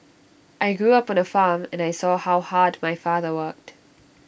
I grew up on A farm and I saw how hard my father worked